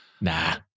Nah